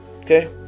Okay